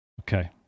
Okay